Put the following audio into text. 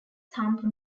thumb